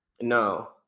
No